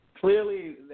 Clearly